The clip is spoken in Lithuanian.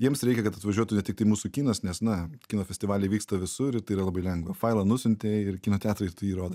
jiems reikia kad atvažiuotų ne tiktai mūsų kinas nes na kino festivaliai vyksta visur ir tai yra labai lengva failą nusiuntei į kino teatrą ir tu jį rodai